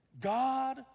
God